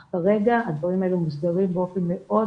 אבל כרגע הדברים האלה מוסדרים באופן מאוד